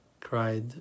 cried